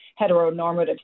heteronormative